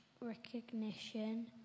recognition